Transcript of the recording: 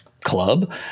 club